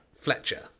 Fletcher